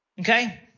Okay